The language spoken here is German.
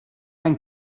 einen